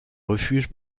refuge